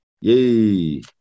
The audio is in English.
yay